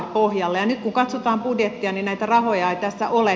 nyt kun katsotaan budjettia niin näitä rahoja ei tässä ole